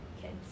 kids